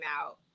out